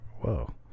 Whoa